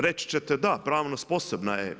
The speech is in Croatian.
Reći ćete da, pravno sposobna je.